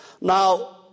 Now